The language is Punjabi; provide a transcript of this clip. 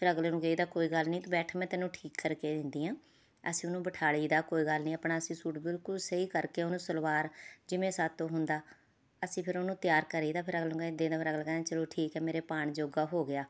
ਫਿਰ ਅਗਲੇ ਨੂੰ ਕਹਿੰਦੇ ਹਾਂ ਕੋਈ ਗੱਲ ਨਹੀਂ ਤੂੰ ਬੈਠ ਮੈਂ ਤੈਨੂੰ ਠੀਕ ਕਰਕੇ ਦਿੰਦੀ ਹਾਂ ਅਸੀਂ ਉਹਨੂੰ ਬਿਠਾ ਲਈ ਦਾ ਕੋਈ ਗੱਲ ਨਹੀਂ ਆਪਣਾ ਅਸੀਂ ਸੂਟ ਬਿਲਕੁਲ ਸਹੀ ਕਰਕੇ ਉਹਨੂੰ ਸਲਵਾਰ ਜਿਵੇਂ ਸਾਡੇ ਤੋਂ ਹੁੰਦਾ ਅਸੀਂ ਫਿਰ ਉਹਨੂੰ ਤਿਆਰ ਕਰਦੇ ਹਾਂ ਫੇਰ ਅਗਲੇ ਨੂੰ ਕਹਿੰਦੇ ਹਾਂ ਦੇ ਦਿਉ ਫੇਰ ਅਗਲਾ ਕਹਿੰਦਾ ਚੱਲੋ ਠੀਕ ਹੈ ਮੇਰੇ ਪਾਉਣ ਜੋਗਾ ਹੋ ਗਿਆ